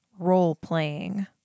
role-playing